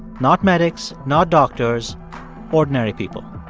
not medics, not doctors ordinary people.